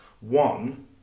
One